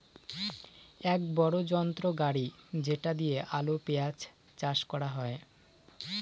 এক বড়ো যন্ত্র গাড়ি যেটা দিয়ে আলু, পেঁয়াজ চাষ করা হয়